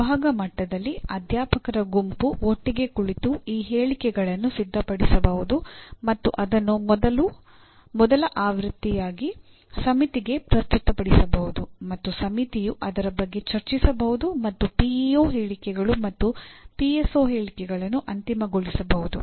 ವಿಭಾಗ ಮಟ್ಟದಲ್ಲಿ ಅಧ್ಯಾಪಕರ ಗುಂಪು ಒಟ್ಟಿಗೆ ಕುಳಿತು ಈ ಹೇಳಿಕೆಗಳನ್ನು ಸಿದ್ಧಪಡಿಸಬಹುದು ಮತ್ತು ಅದನ್ನು ಮೊದಲ ಆವೃತ್ತಿಯಾಗಿ ಸಮಿತಿಗೆ ಪ್ರಸ್ತುತಪಡಿಸಬಹುದು ಮತ್ತು ಸಮಿತಿಯು ಅದರ ಬಗ್ಗೆ ಚರ್ಚಿಸಬಹುದು ಮತ್ತು ಪಿಇಒ ಹೇಳಿಕೆಗಳನ್ನು ಅಂತಿಮಗೊಳಿಸಬಹುದು